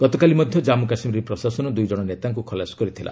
ଗତକାଲି ମଧ୍ୟ ଜାନ୍ମୁ କାଶ୍ମୀର ପ୍ରଶାସନ ଦୁଇ ଜଣ ନେତାଙ୍କୁ ଖଲାସ କରିଥିଲା